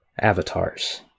avatars